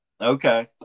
okay